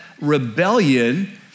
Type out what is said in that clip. rebellion